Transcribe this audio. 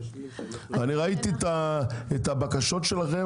אני ראיתי את הבקשות שלכן,